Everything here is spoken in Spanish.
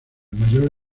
mayor